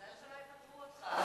תיזהר שלא יפטרו אותך.